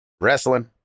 wrestling